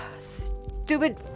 Stupid